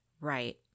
Right